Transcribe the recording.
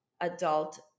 adult